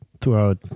throughout